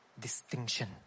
distinction